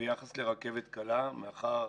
ביחס לרכבת קלה מאחר